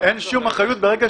אין שום אחריות ברגע